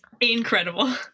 incredible